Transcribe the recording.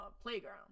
playground